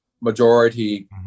majority